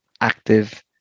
active